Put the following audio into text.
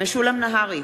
משולם נהרי,